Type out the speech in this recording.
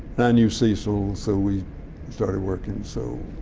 and i knew cecil, so we started working, so